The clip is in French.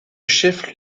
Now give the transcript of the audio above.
chef